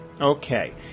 Okay